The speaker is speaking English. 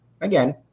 again